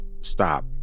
stop